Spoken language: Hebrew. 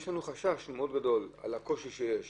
יש לנו חשש גדול מאוד מהקושי שיש